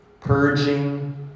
purging